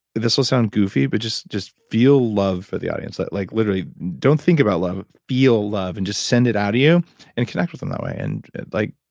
this will sound goofy, but just just feel love for the audience. like like don't think about love, feel love, and just send it out of you and connect with them that way. and like,